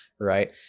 right